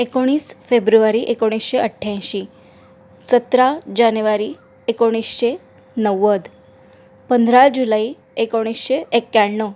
एकोणीस फेब्रुवारी एकोणीसशे अठ्ठ्याऐंशी सतरा जानेवारी एकोणीसशे नव्वद पंधरा जुलै एकोणीसशे एक्क्याण्णव